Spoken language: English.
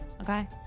okay